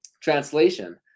translation